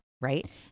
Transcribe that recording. right